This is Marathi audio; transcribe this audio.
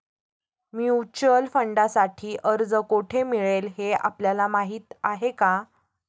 म्युच्युअल फंडांसाठी अर्ज कोठे मिळेल हे आपल्याला माहीत आहे का?